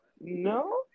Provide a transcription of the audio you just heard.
no